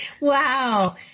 Wow